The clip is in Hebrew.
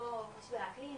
לא משבר האקלים.